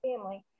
family